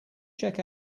check